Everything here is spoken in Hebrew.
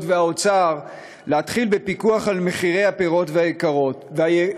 והאוצר להתחיל בפיקוח על מחירי הפירות והירקות.